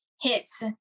hits